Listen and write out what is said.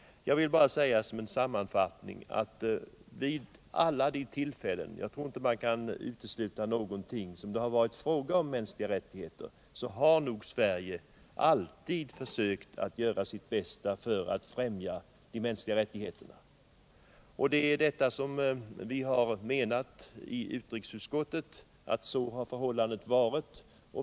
Jag vill bara säga som en sammanfattning att vid alla de tillfällen — jag tror inte man kan utesluta något — då det varit fråga om mänskliga rättigheter har Sverige försökt göra sitt bästa för att främja de mänskliga rättigheterna. Vi har i utrikesutskottet menat att så har förhållandet varit.